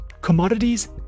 commodities